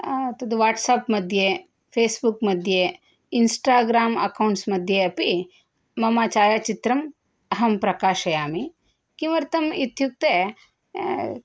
तत् वाट्साप् मध्ये फ़ेस्बुक् मध्ये इन्सटाग्राम् अक्कौण्ट्स् मध्ये अपि मम छायाचित्रम् अहं प्रकाशयामि किमर्थम् इत्युक्ते